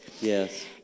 Yes